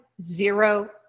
zero